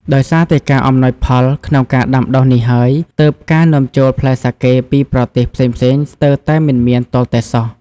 ដោយសារតែការអំណោយផលក្នុងការដាំដុះនេះហើយ ទើបការនាំចូលផ្លែសាកេពីប្រទេសផ្សេងៗស្ទើរតែមិនមានទាល់តែសោះ។